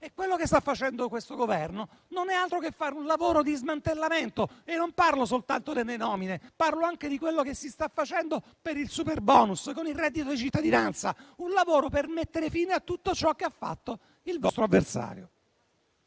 Quello che sta facendo questo Governo non è altro che fare un lavoro di smantellamento: e non parlo soltanto delle nomine, ma anche di quello che si sta facendo per il superbonus, con il reddito di cittadinanza: un lavoro per mettere fine a tutto ciò che ha fatto il vostro avversario.